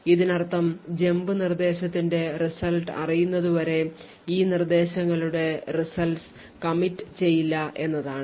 ഇതിനർത്ഥംജമ്പ് നിർദ്ദേശത്തിന്റെ result അറിയുന്നതുവരെ ഈ നിർദ്ദേശങ്ങളുടെ results commit ചെയ്യില്ല എന്നതാണ്